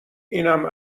اینم